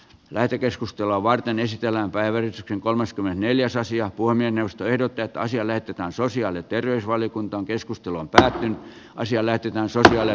lähetekeskustelua varten ysitiellä on päivä riskin kolmaskymmenesneljäsosia pulmien ostoehdot jotta asia lähetetään sosiaali terveysvaliokunta on keskustelun tärkein asia lähetetään sosiaali ja